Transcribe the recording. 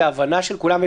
שההבנה של כולם,